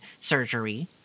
surgery